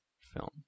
film